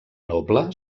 noble